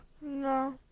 no